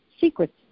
Secrets